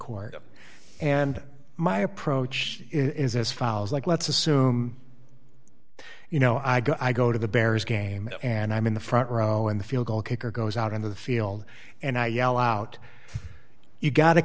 court and my approach is as follows like let's assume you know i go i go to the bears game and i'm in the front row and the field goal kicker goes out on the field and i yell out you got